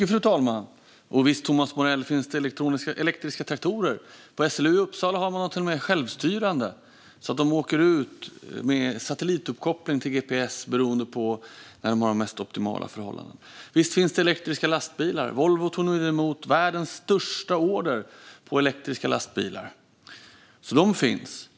Fru talman! Visst finns det, Thomas Morell, elektriska traktorer. På SLU i Uppsala har man till och med självstyrande traktorer, så att de åker ut med satellituppkoppling till gps beroende på var de mest optimala förhållandena finns. Och visst finns det elektriska lastbilar. Volvo tog nyligen emot världens största order på elektriska lastbilar. De finns alltså.